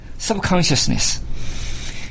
Subconsciousness